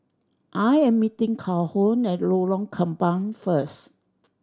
I am meeting Calhoun at Lorong Kembang first